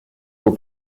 aux